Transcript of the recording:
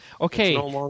Okay